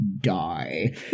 die